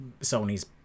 Sony's